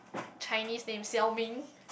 Chinese name Xiao ming